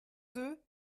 deux